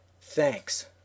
Thanks